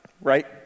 right